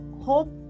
hope